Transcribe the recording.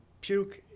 puke